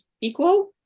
equal